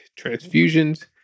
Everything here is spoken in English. transfusions